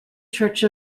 church